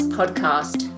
Podcast